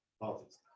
politics